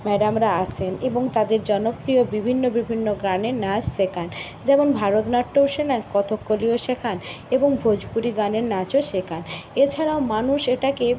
ম্যাডামরা আসেন এবং তাদের জনপ্রিয় বিভিন্ন বিভিন্ন গানে নাচ শেখান যেমন ভারতনাট্যমও শেখান কথাকলিও শেখান এবং ভোজপুরি গানের নাচও শেখান এছাড়াও মানুষ এটাকে